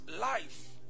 life